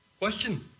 Question